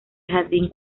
jardín